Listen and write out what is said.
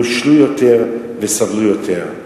נושלו יותר וסבלו יותר.